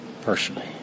personally